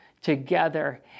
together